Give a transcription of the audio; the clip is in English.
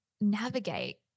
navigate